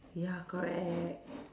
ya correct